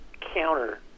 counter